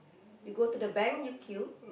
you go to the bank you queue